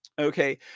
Okay